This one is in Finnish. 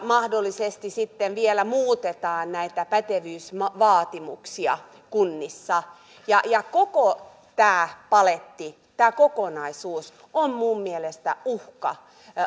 mahdollisesti sitten vielä muutetaan näitä pätevyysvaatimuksia kunnissa ja ja koko tämä paletti tämä kokonaisuus on minun mielestäni uhka